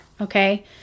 Okay